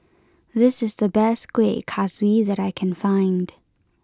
this is the best Kueh Kaswi that I can find